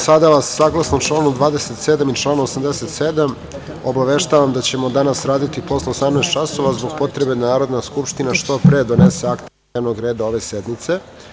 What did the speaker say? Sada vas, saglasno članu 27. i članu 87, obaveštavam da ćemo danas raditi i posle 18.00 časova, zbog potrebe da Narodna skupština što pre donese akte iz dnevnog reda ove sednice.